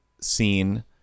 scene